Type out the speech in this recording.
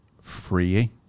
free